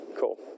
Cool